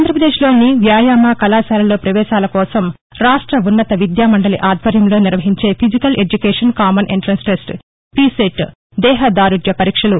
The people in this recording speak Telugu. ఆంధ్రప్రదేశ్లోని వ్యాయామ కళాశాలలో పవేశాలకోసం రాష్ట ఉన్నత విద్యామండలి ఆధ్వర్యంలో నిర్వహించే physical education common entrance test PECET దేహదారుఢ్య పరీక్షలు